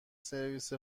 سرویس